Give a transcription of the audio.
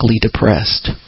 depressed